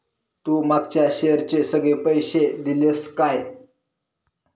तू मागच्या शेअरचे सगळे पैशे दिलंस काय?